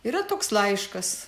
yra toks laiškas